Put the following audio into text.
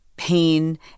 pain